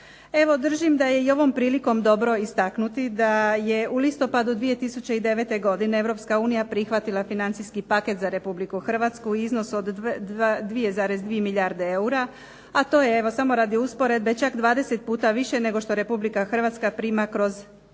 Evo držim da je i ovom prilikom dobro istaknuti da je u listopadu 2009. godine Europska unija prihvatila financijski paket za Republiku Hrvatsku u iznosu do 2,2 milijarde eura. A to je samo radi usporedbe čak 20 puta više nego što Republika Hrvatska prima kroz